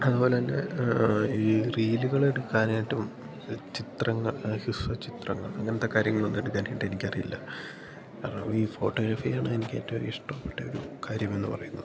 അതു പോലെ തന്നെ ആ ഈ റീലുകളെടുക്കാനായിട്ടും ചിത്രങ്ങൾ ഹ്രസ്വ ചിത്രങ്ങൾ അങ്ങനത്തെ കാര്യങ്ങളൊന്നും എടുക്കാനായിട്ടെനിക്കറിയില്ല കാരണം ഈ ഫോട്ടോഗ്രഫിയാണ് എനിക്കേറ്റവും ഇഷ്ടപ്പെട്ട ഒരു കാര്യമെന്ന് പറയുന്നത്